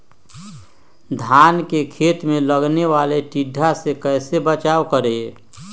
धान के खेत मे लगने वाले टिड्डा से कैसे बचाओ करें?